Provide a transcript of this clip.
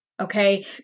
Okay